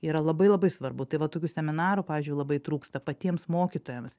yra labai labai svarbu tai va tokių seminarų pavyzdžiui labai trūksta patiems mokytojams